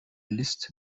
liste